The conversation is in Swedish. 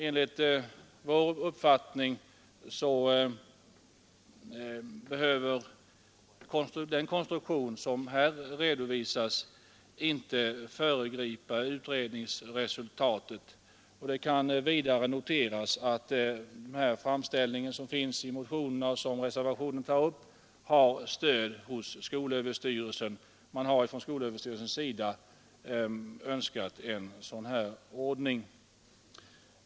Enligt vår uppfattning behöver dock den konstruktion som här redovisas inte anses föregripa utredningsresultatet. Det kan vidare noteras att den framställning som görs i motionerna och som också förs vidare i reservationen har stöd från skolöverstyrelsen, som önskat få en sådan ordning.